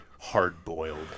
hard-boiled